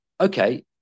okay